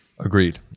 Agreed